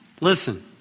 Listen